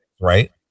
right